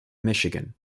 michigan